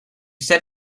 said